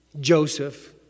Joseph